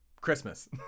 Christmas